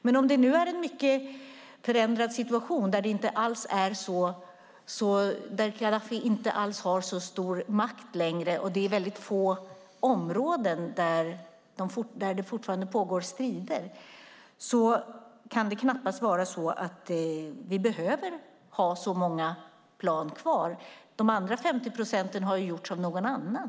Men om det nu är en mycket förändrad situation där Gaddafi inte alls har så stor makt längre och det är väldigt få områden där det fortfarande pågår strider kan det knappast vara så att vi behöver ha så många plan kvar. Övriga 50 procent har ju gjorts av någon annan.